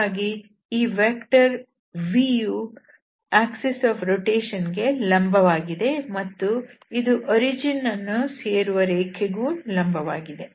ಹಾಗಾಗಿ ಈ ವೆಕ್ಟರ್ vಯು ಪರಿಭ್ರಮಣೆಯ ಅಕ್ಷರೇಖೆ ಗೆ ಲಂಬ ವಾಗಿದೆ ಮತ್ತು ಇದು ಮೂಲಬಿಂದು ವನ್ನು ಸೇರುವ ರೇಖೆಗೂ ಲಂಬವಾಗಿದೆ